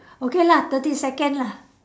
okay lah thirty second lah